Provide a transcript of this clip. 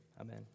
Amen